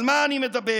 על מה אני מדבר?